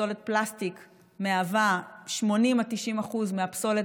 פסולת פלסטיק מהווה 80% עד 90% מהפסולת